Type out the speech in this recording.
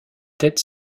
têtes